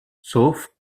sauf